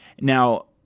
Now